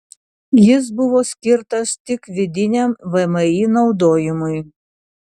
jis buvo skirtas tik vidiniam vmi naudojimui